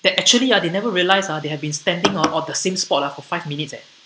that actually are they never realise ah they had been standing hor on the same spot ah for five minutes eh